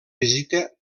visita